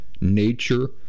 nature